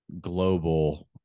global